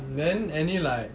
then any like